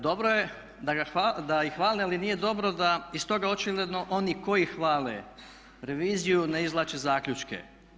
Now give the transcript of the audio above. Dobro je da ih hvale, ali nije dobro da iz toga očigledno oni koji hvale reviziju ne izvlače zaključke.